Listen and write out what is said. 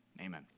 Amen